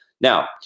Now